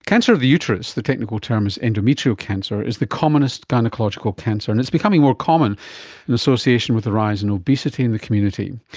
cancer of the uterus, the technical term is endometrial cancer, is the commonest gynaecological cancer and it's becoming more common in association with the rise in obesity in the community.